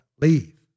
Leave